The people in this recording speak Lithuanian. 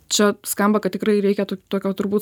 čia skamba kad tikrai reikia tokio turbūt